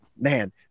Man